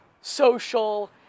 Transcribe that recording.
social